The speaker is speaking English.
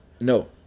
no